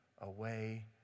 away